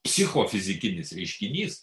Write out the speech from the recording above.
psicho fizikinis reiškinys